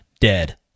dead